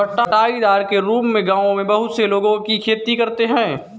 बँटाईदार के रूप में गाँवों में बहुत से लोगों की खेती करते हैं